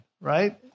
right